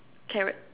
carrot